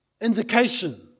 Indication